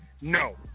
No